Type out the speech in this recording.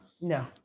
No